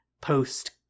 post